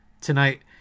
tonight